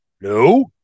No